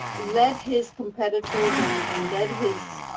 let his competitors and and let his,